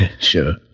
Sure